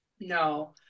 no